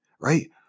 right